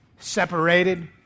separated